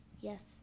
Yes